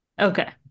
Okay